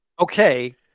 Okay